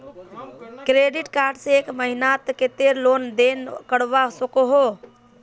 Credit card से एक महीनात कतेरी लेन देन करवा सकोहो ही?